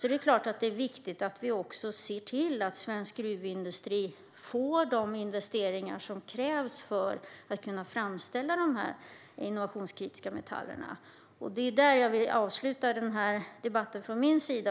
Det är klart att det är viktigt att vi ser till att svensk gruvindustri får de investeringar som krävs för att kunna framställa de här innovationskritiska metallerna. Det är där jag vill avsluta debatten från min sida.